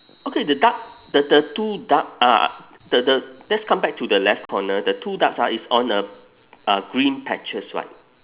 okay the duck the the two duck ah the the let's come back to the left corner the two ducks ah is on a uh green patches right